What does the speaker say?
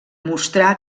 mostrà